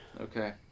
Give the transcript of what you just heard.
Okay